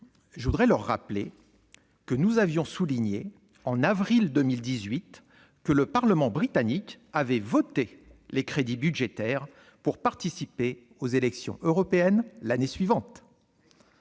je voudrais leur rappeler que nous avions souligné, en avril 2018, que le Parlement britannique avait voté les crédits budgétaires pour participer aux élections européennes l'année suivante.